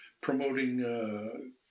promoting